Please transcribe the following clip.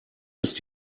ist